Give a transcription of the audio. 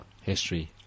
history